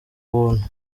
buntu